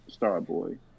Starboy